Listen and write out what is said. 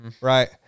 Right